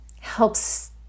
helps